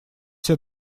все